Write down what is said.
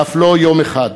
ואף לא יום אחד.